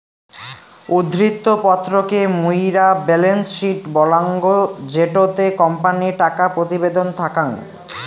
উদ্ধৃত্ত পত্র কে মুইরা বেলেন্স শিট বলাঙ্গ জেটোতে কোম্পানির টাকা প্রতিবেদন থাকাং